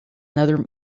another